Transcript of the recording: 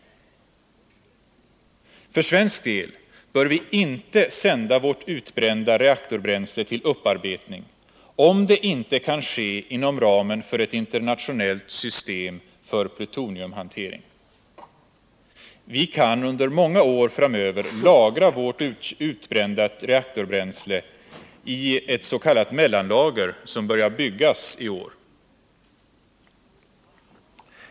För svensk del bör vi inte sända vårt utbrända reaktorbränsle till upparbetning, om det inte kan ske inom ramen för ett internationellt system för plutoniumhantering. Vi kan under många år framöver lagra vårt utbrända reaktorbränsle i ett s.k. mellanlager som börjar byggas i år.